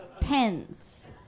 pens